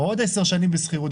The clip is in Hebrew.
עוד 10 שנים בשכירות,